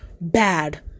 bad